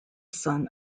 son